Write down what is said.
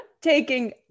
taking